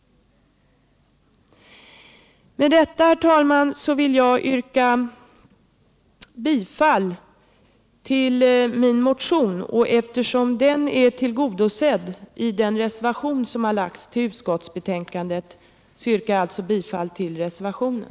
Med detta, herr talman, vill jag yrka bifall till min motion. Eftersom den är tillgodosedd i den reservation som har fogats till utskottsbetänkandet yrkar jag alltså bifall till reservationen.